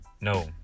No